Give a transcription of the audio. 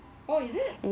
oh is it